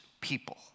people